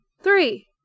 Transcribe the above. three